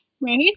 right